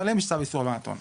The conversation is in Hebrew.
ועליהם יש צו איסור הלבנת הון.